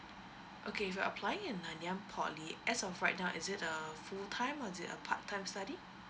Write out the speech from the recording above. okay if you are applying at nanyang poly as of right now is it a full time or is it a part time study